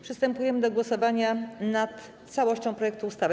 Przystępujemy do głosowania nad całością projektu ustawy.